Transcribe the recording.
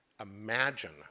imagine